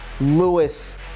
Lewis